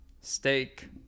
steak